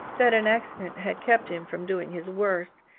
that an accident had kept him from doing his worst,